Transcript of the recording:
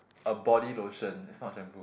a body lotion is not shampoo